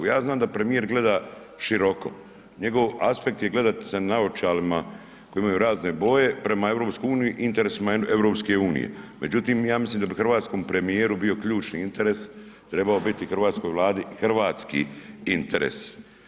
Ja znam da premijer gleda široko, njegov aspekt je gledati sa naočalama koje imaju razne boje prema EU, interesima EU-a, međutim, ja mislim da bi hrvatskom premijeru bio ključni interes, trebao biti hrvatskoj Vladi, hrvatski interes.